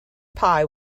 pie